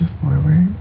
forward